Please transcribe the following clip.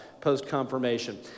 post-confirmation